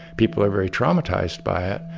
people are very traumatized by it.